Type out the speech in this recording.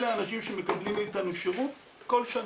אלה האנשים שמקבלים מאיתנו שירות כל שנה.